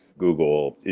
google,